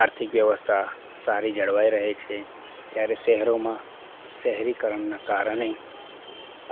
આર્થિક વ્યવસ્થા સારી જળવાઈ રહે છે જ્યારે શહેરોમાં શહેરીકરણનાં કારણે